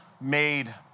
made